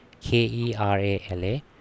k-e-r-a-l-a